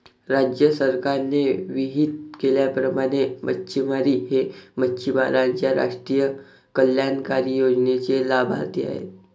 राज्य सरकारने विहित केल्याप्रमाणे मच्छिमार हे मच्छिमारांच्या राष्ट्रीय कल्याणकारी योजनेचे लाभार्थी आहेत